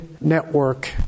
network